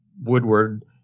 Woodward